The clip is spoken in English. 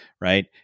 right